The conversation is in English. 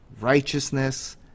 righteousness